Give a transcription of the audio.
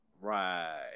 Right